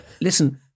Listen